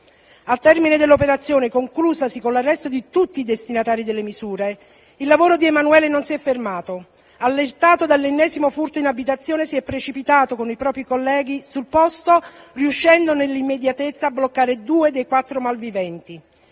Al termine dell'operazione, conclusasi con l'arresto di tutti i destinatari delle misure, il lavoro di Emanuele non si è fermato... allertato dall'ennesimo furto in abitazione si è precipitato con i propri colleghi sul posto riuscendo nell'immediatezza a bloccare due dei quattro malviventi.